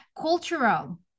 Cultural